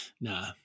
Nah